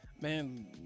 Man